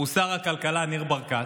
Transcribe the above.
הוא שר הכלכלה ניר ברקת,